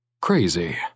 crazy